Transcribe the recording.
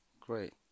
Great